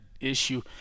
issue